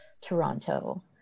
Toronto